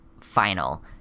final